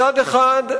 מצד אחד,